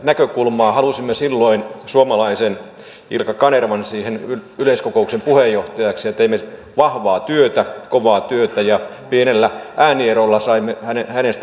halusimme silloin suomalaisen ilkka kanervan siihen yleiskokouksen puheenjohtajaksi ja teimme vahvaa työtä kovaa työtä ja pienellä äänierolla saimme hänestä erinomaisen puheenjohtajan